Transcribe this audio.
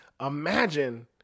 Imagine